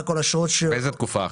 מאיזה תקופה?